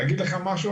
אני אגיד לך משהו,